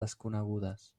desconegudes